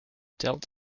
dealt